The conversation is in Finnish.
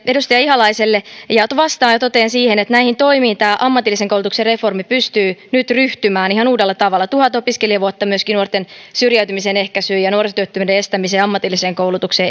edustaja ihalaiselle vastaan ja totean siihen että näihin toimiin ammatillisen koulutuksen reformi pystyy nyt ryhtymään ihan uudella tavalla ensi vuoden budjetissa on tuhat opiskelijavuotta myöskin nuorten syrjäytymisen ehkäisyyn ja nuorisotyöttömyyden estämiseen ja ammatilliseen koulutukseen